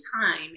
time